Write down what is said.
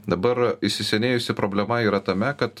dabar įsisenėjusi problema yra tame kad